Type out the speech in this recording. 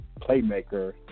playmaker